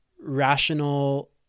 rational